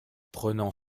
prenant